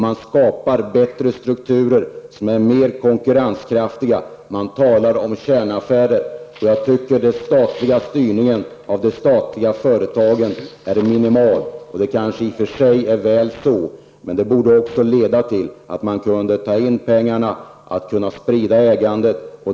Man skapar bättre strukturer som är mer konkurrenskraftiga. Det talas om kärnaffärer. Jag tycker att den statliga styrningen av de statliga företagen är minimal. Det bör leda till att ägandet sprids.